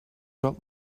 got